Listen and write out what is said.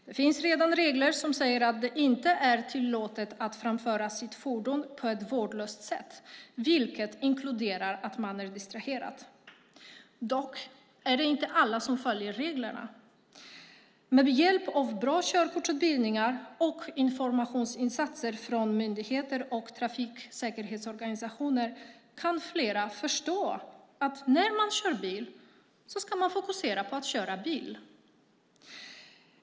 Det finns redan regler som säger att det inte är tillåtet att framföra sitt fordon på ett vårdslöst sätt, vilket inkluderar att man är distraherad. Dock är det inte alla som följer reglerna. Med hjälp av bra körkortsutbildningar och informationsinsatser från myndigheter och trafiksäkerhetsorganisationer kan flera förstå att när man kör bil ska man fokusera på att köra bil.